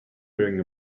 wearing